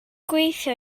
gweithio